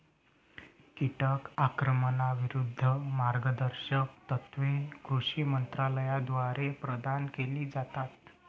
कीटक आक्रमणाविरूद्ध मार्गदर्शक तत्त्वे कृषी मंत्रालयाद्वारे प्रदान केली जातात